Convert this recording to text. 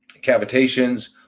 cavitations